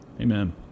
Amen